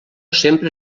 sempre